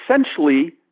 essentially